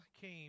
came